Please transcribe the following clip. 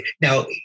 now